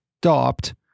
stopped